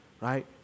right